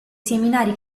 seminari